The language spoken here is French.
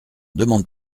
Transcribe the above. demande